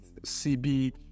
CB